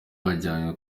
wajyanywe